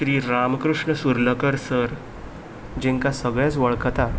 Shri Ramakrishna Surlakar sir जेंकां सगळेच वळखतात